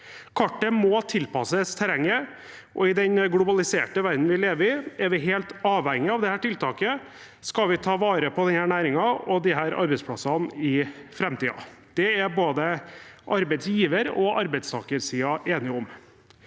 Kartet må tilpasses terrenget, og i den globaliserte verdenen vi lever i, er vi helt avhengige av dette tiltaket om vi skal ta vare på denne næringen og disse arbeidsplassene i framtiden. Det er både arbeidsgiver- og arbeidstakersiden enige om.